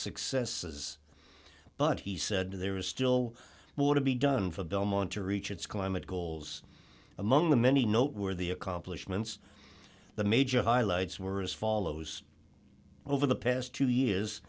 successes but he said there is still more to be done for belmont to reach its climate goals among the many noteworthy accomplishments the major highlights were as follows over the past two years